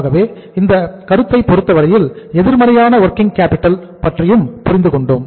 ஆகவே இந்த கருத்த பொருத்தவரையில் எதிர்மறையான வொர்கிங் கேப்பிட்டல் பற்றியும் புரிந்து கொண்டோம்